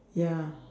ya